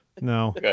No